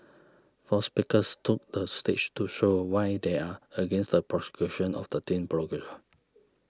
four speakers took the stage to show why they are against the prosecution of the teen blogger